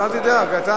אל תדאג.